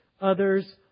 others